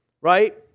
right